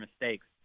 mistakes